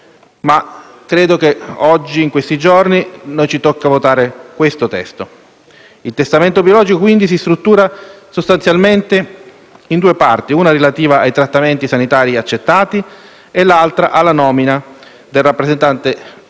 ma credo che oggi, in questi giorni, ci tocchi votare questo testo. Il testamento biologico si struttura sostanzialmente in due parti, una relativa ai trattamenti sanitari accettati e l'altra alla nomina del rappresentante o